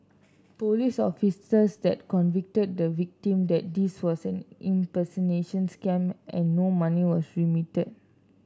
police officers that convicted the victim that this was an impersonation scam and no money was remitted